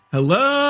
Hello